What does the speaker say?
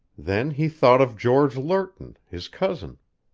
then he thought of george lerton, his cousin.